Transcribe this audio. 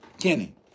Kenny